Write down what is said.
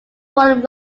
volume